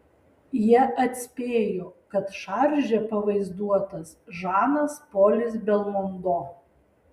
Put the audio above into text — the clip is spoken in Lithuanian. jie atspėjo kad šarže pavaizduotas žanas polis belmondo